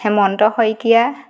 Hemanta Saikia